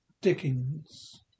Dickens